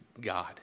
God